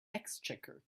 exchequer